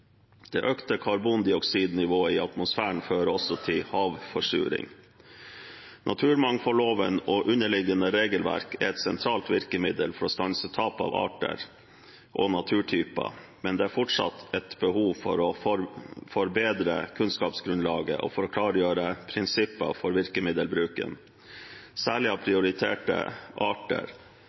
Det økte karbondioksidnivået i atmosfæren fører også til havforsuring. Naturmangfoldloven og underliggende regelverk er et sentralt virkemiddel for å stanse tap av arter og naturtyper, men det er fortsatt behov for å forbedre kunnskapsgrunnlaget og for å klargjøre prinsipper for virkemiddelbruken, særlig for prioriterte arter